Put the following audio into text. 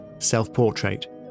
Self-Portrait